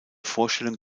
vorstellung